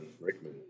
Rickman